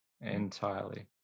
entirely